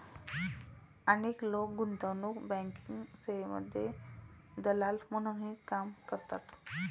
अनेक लोक गुंतवणूक बँकिंग सेवांमध्ये दलाल म्हणूनही काम करतात